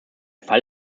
fall